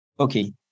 Okay